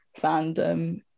fandom